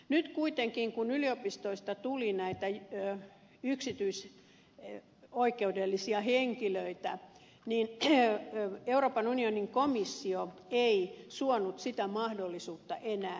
nyt kuitenkin kun yliopistoista tuli näitä yksityisoikeudellisia henkilöitä euroopan unionin komissio ei suonut sitä mahdollisuutta enää